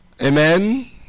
Amen